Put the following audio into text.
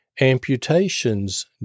amputations